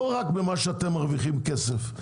לא רק במה שאתם מרוויחים כסף.